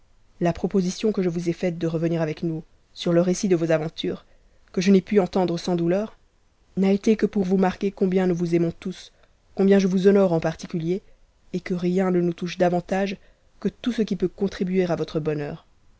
la proposition que je vous ai faite de revenir avec nous sur le récit de vos aventures que je n'ai pu entende sans douleur n'a été que pour vous marquer combien nous vous aimons tous combien je vous honore en particulier et que rien ne noug touche davantage que tout ce qui peut contribuer à votre bonheur